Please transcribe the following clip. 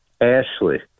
Ashley